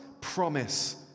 promise